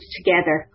together